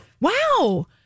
Wow